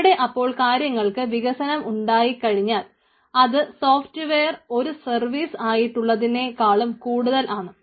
ഇവിടെ അപ്പോൾ കാര്യങ്ങൾക്ക് വികസനം ഉണ്ടായിക്കഴിഞ്ഞാൽ അത് സോഫ്റ്റ്വെയർ ഒരു സർവീസ് ആയിട്ടുള്ളതിനേക്കാളും കൂടുതൽ ആണ്